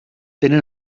tenen